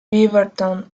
beaverton